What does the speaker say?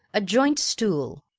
a joint-stool.